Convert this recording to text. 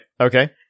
Okay